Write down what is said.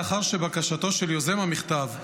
לאחר שבקשתו של יוזם המכתב,